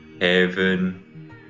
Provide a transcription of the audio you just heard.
heaven